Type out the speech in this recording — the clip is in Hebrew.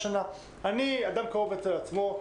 אדם קרוב אצל עצמו,